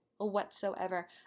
whatsoever